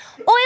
Oil